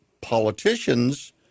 politicians